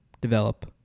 develop